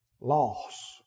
loss